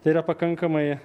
tai yra pakankamai